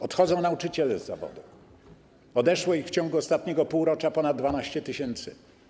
Odchodzą nauczyciele z zawodu, odeszło ich w ciągu ostatniego półrocza ponad 12 tys.